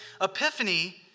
Epiphany